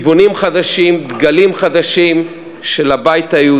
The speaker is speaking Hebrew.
כיוונים שונים, העם עצמו מחולק,